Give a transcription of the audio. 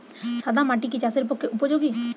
সাদা মাটি কি চাষের পক্ষে উপযোগী?